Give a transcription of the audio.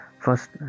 first